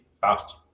fast